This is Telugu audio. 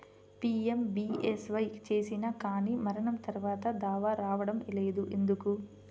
పీ.ఎం.బీ.ఎస్.వై చేసినా కానీ మరణం తర్వాత దావా రావటం లేదు ఎందుకు?